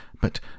but